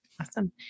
Awesome